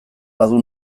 badu